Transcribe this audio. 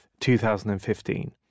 2015